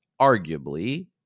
arguably